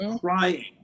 crying